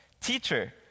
Teacher